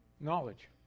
Knowledge